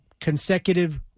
consecutive